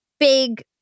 big